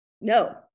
no